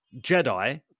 Jedi